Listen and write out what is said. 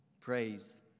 praise